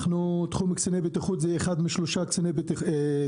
תחום קציני בטיחות זה אחד משלושה תחומים